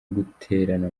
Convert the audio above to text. guterana